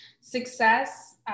success